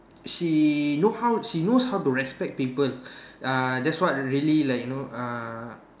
she know how she knows how to respect people uh that's what really like you know uh